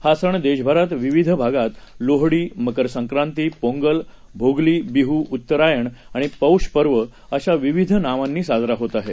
हासणदेशभरातविविधभागातलोहडी Makar Sankranti Pongal Bhogali Bihu उत्तरायणआणिपौषपर्वअशाविविधनावांनीसाजराहोतआहे